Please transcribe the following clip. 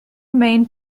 main